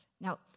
Now